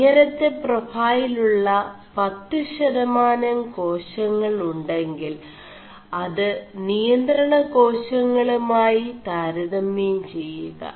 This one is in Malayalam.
ഇÆനെø െ4പാൈഫൽ ഉø പøുശതമാനം േകാശÆൾ ഉെ ിൽ അത് നിയ4ണ േകാശÆളgമായി താരതമçം െചgക